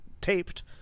taped